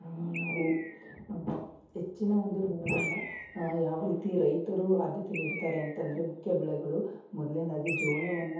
ನಾವು ಹೆಚ್ಚಿನ ಒಂದು ಬೆಳೆಗಳನ್ನ ಯಾವರೀತಿ ರೈತರು ಆದ್ಯತೆ ನೀಡ್ತಾರೆ ಅಂತಂದರೆ ಮುಖ್ಯ ಬೆಳೆಗಳು ಮೊದಲ್ನೇದಾಗಿ ಜೋಳವನ್ನು